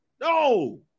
No